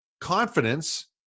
confidence